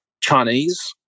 Chinese